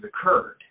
occurred